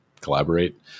collaborate